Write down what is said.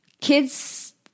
Kids